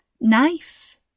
nice